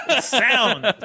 Sound